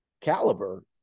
caliber